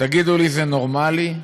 תגידו לי, זה נורמלי?